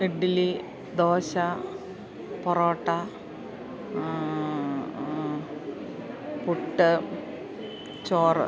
ഇഡ്ഡ്ലി ദോശ പൊറോട്ട പുട്ട് ചോറ്